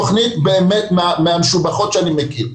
זו תוכנית, באמת, מהמשובחות שאני מכיר.